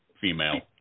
female